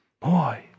boy